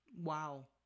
Wow